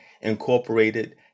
Incorporated